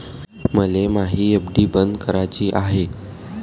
मले मायी एफ.डी बंद कराची हाय